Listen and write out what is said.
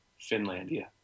Finlandia